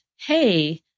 hey